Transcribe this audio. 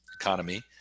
economy